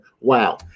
Wow